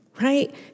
right